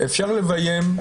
אפשר לביים,